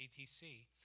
ATC